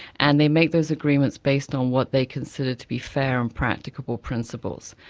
and they make those agreements based on what they consider to be fair and practicable principles.